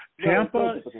Tampa